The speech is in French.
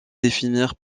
définir